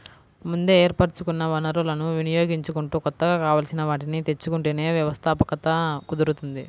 ముందే ఏర్పరచుకున్న వనరులను వినియోగించుకుంటూ కొత్తగా కావాల్సిన వాటిని తెచ్చుకుంటేనే వ్యవస్థాపకత కుదురుతుంది